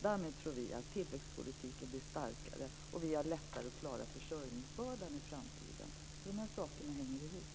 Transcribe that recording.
Därmed tror vi att tillväxtpolitiken blir starkare och att vi har lättare att klara av försörjningsbördan i framtiden. Dessa saker hänger alltså ihop.